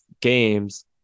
games